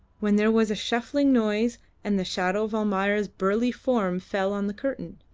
when there was a shuffling noise and the shadow of almayer's burly form fell on the curtain.